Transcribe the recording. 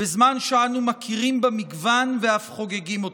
בזמן שאנו מכירים במגוון ואף חוגגים אותו.